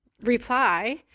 reply